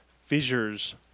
fissures